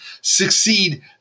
succeed